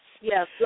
Yes